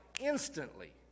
instantly